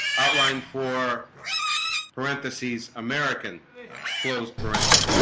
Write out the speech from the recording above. outlined for parentheses american closed parentheses